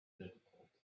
difficult